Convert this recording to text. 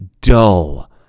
dull